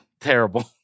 Terrible